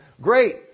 Great